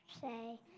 say